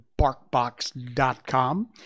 BarkBox.com